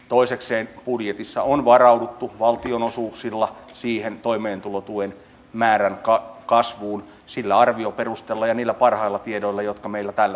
toisekseen budjetissa on varauduttu valtionosuuksilla siihen toimeentulotuen määrän kasvuun sillä arvioperusteella ja niillä parhailla tiedoilla jotka meillä tällä hetkellä on